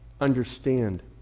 understand